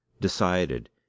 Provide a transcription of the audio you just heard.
decided